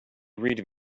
read